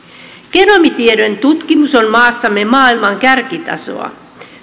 genomitiedon tutkimus on maassamme maailman kärkitasoa